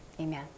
Amen